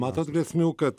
matos grėsmių kad